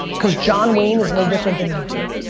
cause john wayne is no different than you two.